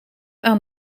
aan